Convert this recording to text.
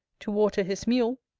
to water his mule,